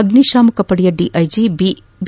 ಅಗ್ನಿಶಾಮಕ ಪಡೆಯ DIG B